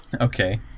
Okay